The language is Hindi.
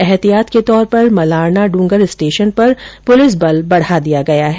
ऐहतियात के तौर पर मलारनाडूंगर स्टेषन पर पुलिस बल बढा दिया गया है